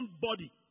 body